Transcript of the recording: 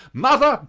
mother,